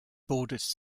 bordered